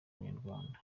abanyarwanda